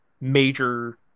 major